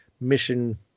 Mission